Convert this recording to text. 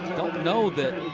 don't know that